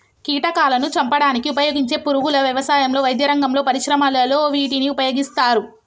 కీటకాలాను చంపడానికి ఉపయోగించే పురుగుల వ్యవసాయంలో, వైద్యరంగంలో, పరిశ్రమలలో వీటిని ఉపయోగిస్తారు